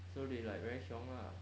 so you like very siong lah